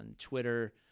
Twitter